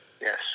Yes